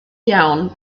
iawn